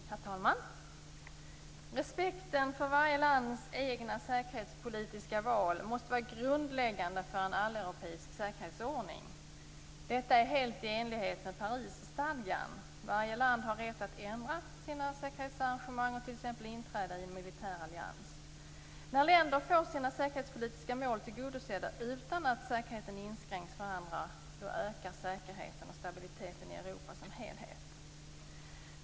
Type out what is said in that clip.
Herr talman! Respekten för varje lands egna säkerhetspolitiska val måste vara grundläggande för en alleuropeisk säkerhetsordning. Detta är helt i enlighet med Parisstadgan. Varje land har rätt att ändra sina säkerhetsarrangemang och t.ex. inträda i en militärallians. När länder får sina säkerhetspolitiska mål tillgodosedda, utan att säkerheten inskränks för andra, ökar säkerheten och stabiliteten i Europa som helhet.